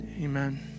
amen